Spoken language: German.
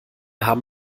haben